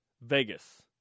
Vegas